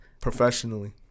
professionally